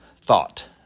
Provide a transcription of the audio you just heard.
thought